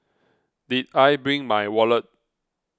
did I bring my wallet